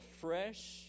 fresh